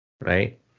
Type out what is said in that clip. right